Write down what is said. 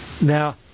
Now